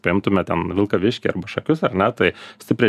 priimtume ten vilkaviškį arba šakius ar na tai stipriai